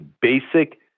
basic